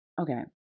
Okay